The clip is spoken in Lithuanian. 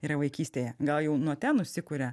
yra vaikystėje gal jau nuo ten nusikuria